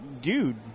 dude